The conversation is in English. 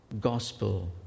gospel